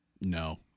No